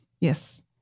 Yes